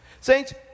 Saints